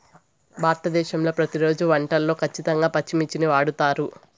భారతదేశంలో ప్రతిరోజు వంటల్లో ఖచ్చితంగా పచ్చిమిర్చిని వాడుతారు